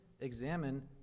examine